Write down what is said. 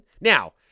now